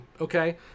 okay